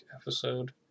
episode